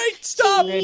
stop